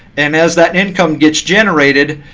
and as that income gets generated,